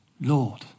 Lord